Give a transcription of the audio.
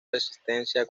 resistencia